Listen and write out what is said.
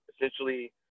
Essentially